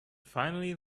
finally